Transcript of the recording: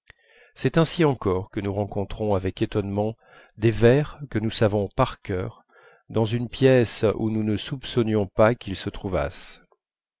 c'est ainsi encore que nous rencontrons avec étonnement des vers que nous savons par cœur dans une pièce où nous ne soupçonnions pas qu'ils se trouvassent